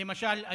למשל,